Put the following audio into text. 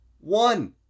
one